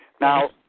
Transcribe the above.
Now